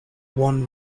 one